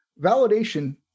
validation